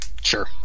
Sure